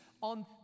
on